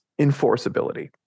enforceability